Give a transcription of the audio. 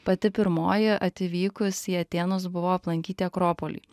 pati pirmoji atvykus į atėnus buvo aplankyti akropolį